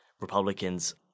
Republicans